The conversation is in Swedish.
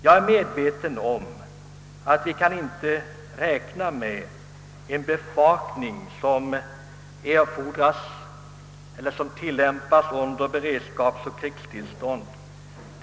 Jag är medveten om att vi inte kan räkna med att ha lika god bevakning som under beredskapsoch krigstillstånd.